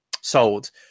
sold